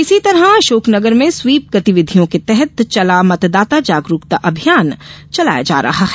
इसी तरह अशोकनगर में स्वीप ंगतिविधियों के तहत चला मतदाता जागरूकता अभियान चलाया जा रहा है